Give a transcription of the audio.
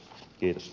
kiitos